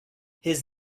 his